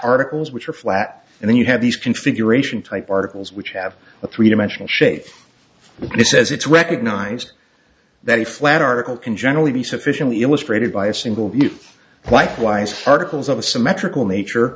articles which are flat and then you have these configuration type articles which have a three dimensional shape he says it's recognised that a flat article can generally be sufficiently illustrated by a single be likewise articles of a symmetrical nature